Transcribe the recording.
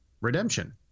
Redemption